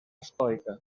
estoica